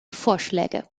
vorschläge